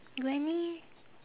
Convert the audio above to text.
granny